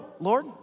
Lord